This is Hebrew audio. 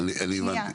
אוקיי, אני הבנתי.